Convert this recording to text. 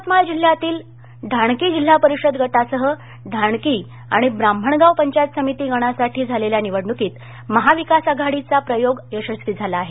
यवतमाळ जिल्ह्यातील ढाणकी जिल्हा परिषद गटासह ढाणकी आणि ब्राम्हणगाव पंचायत समिती गणासाठी झालेल्या निवडणुकीत महाविकास आघाडीचा प्रयोग यशस्वी झाला आहे